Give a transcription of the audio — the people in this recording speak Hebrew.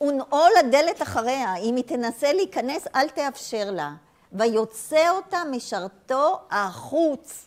ונעול הדלת אחריה. אם היא תנסה להיכנס, אל תאפשר לה. ויוצא אותה משרתו החוץ.